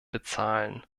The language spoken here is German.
bezahlen